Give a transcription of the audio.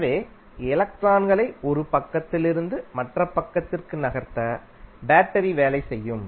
எனவே எலக்ட்ரான்களை ஒரு பக்கத்திலிருந்து மற்ற பக்கத்திற்கு நகர்த்த பேட்டரி வேலை செய்யும்